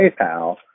PayPal